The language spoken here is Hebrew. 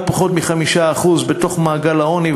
רק פחות מ-5% בתוך מעגל העוני,